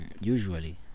usually